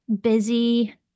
busy